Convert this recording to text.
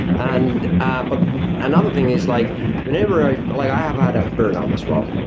and but another thing is like whenever i, but like i have had a burnout as well